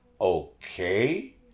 Okay